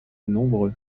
nombreux